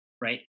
right